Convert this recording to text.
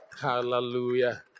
Hallelujah